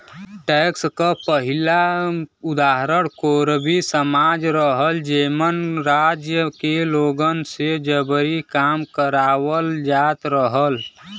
tax क पहिला उदाहरण कोरवी समाज रहल जेमन राज्य के लोगन से जबरी काम करावल जात रहल